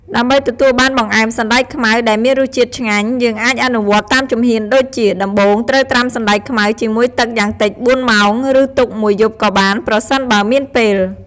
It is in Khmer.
ដើម្បីទទួលបានបង្អែមសណ្ដែកខ្មៅដែលមានរសជាតិឆ្ងាញ់ យើងអាចអនុវត្តតាមជំហានដូចជា ដំបូងត្រូវត្រាំសណ្តែកខ្មៅជាមួយទឹកយ៉ាងតិច ៤ ម៉ោង ឬទុកមួយយប់ក៏បាន ប្រសិនបើមានពេល។